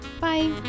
Bye